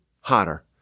hotter